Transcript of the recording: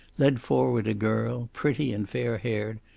led forward a girl, pretty and fair-haired,